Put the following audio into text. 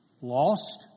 lost